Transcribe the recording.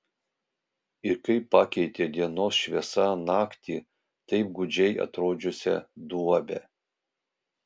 ir kaip pakeitė dienos šviesa naktį taip gūdžiai atrodžiusią duobę